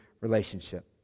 relationship